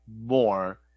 more